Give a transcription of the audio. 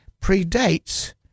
predates